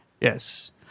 Yes